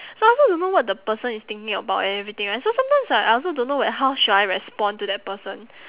so I also don't know what the person is thinking about and everything right so sometimes I I also don't know like how should I respond to that person